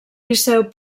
liceu